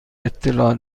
اطلاع